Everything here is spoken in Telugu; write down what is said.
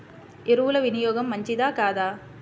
ఎరువుల వినియోగం మంచిదా కాదా?